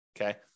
okay